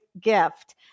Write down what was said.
gift